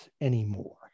anymore